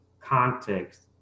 context